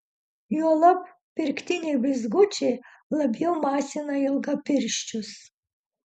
juolab pirktiniai blizgučiai labiau masina ilgapirščius